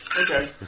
Okay